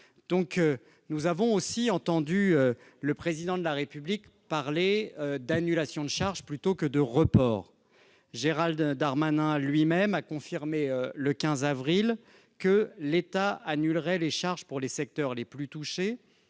Nous avons entendu le Président de la République évoquer des annulations de charges plutôt que des reports. Gérald Darmanin lui-même a confirmé, le 15 avril, que l'État annulerait les charges pour les secteurs les plus touchés,